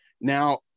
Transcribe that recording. Now